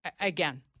Again